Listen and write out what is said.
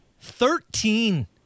Thirteen